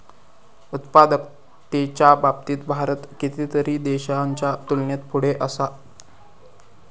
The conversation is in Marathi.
उत्पादकतेच्या बाबतीत भारत कितीतरी देशांच्या तुलनेत पुढे असा